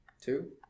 Two